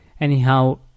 anyhow